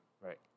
Right